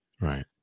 Right